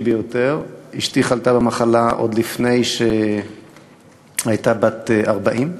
ביותר: אשתי חלתה במחלה עוד לפני שהייתה בת 40,